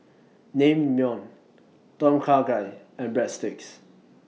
Naengmyeon Tom Kha Gai and Breadsticks